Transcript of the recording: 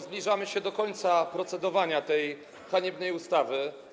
Zbliżamy się do końca procedowania nad tą haniebną ustawą.